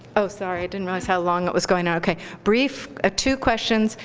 oh, sorry. i didn't realize how long it was going on. ok. brief, ah two questions,